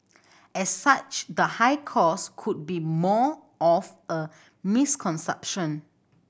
as such the high cost could be more of a misconception